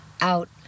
out